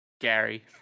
Gary